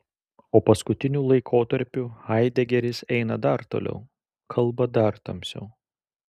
o paskutiniu laikotarpiu haidegeris eina dar toliau kalba dar tamsiau